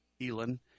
Elon